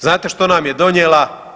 Znate što nam je donijela?